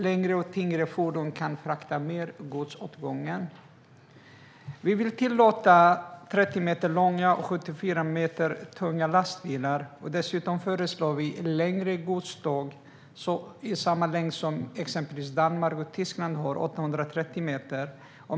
Längre och tyngre fordon kan frakta mer gods åt gången. Vi vill tillåta 30 meter långa och 75 ton tunga lastbilar. Dessutom föreslår vi längre godståg i samma längd som exempelvis Danmark och Tyskland har, 830 meter.